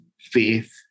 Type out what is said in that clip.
faith